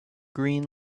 green